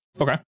Okay